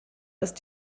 ist